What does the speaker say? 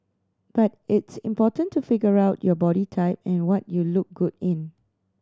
but it's important to figure out your body type and what you look good in